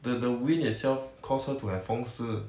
the the wind itself cause her to have 风湿